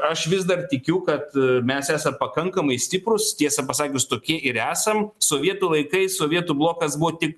aš vis dar tikiu kad mes esam pakankamai stiprūs tiesą pasakius tokie ir esam sovietų laikais sovietų blokas buvo tik